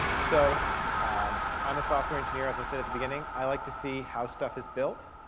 so i'm a software engineer, as i said at the beginning. i like to see how stuff is built.